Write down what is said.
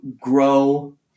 grow